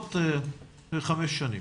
מיטות בחמש שנים.